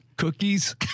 cookies